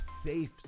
safe